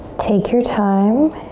take your time.